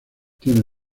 tiene